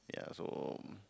ya so